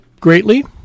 greatly